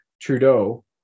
Trudeau